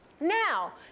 Now